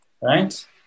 right